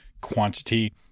quantity